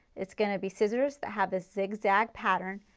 it's going to be scissors that have the zigzag pattern.